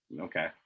okay